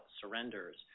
surrenders